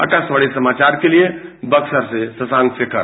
आकाशवाणी समाचार के लिए बक्सर से शशांक शेखर